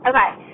Okay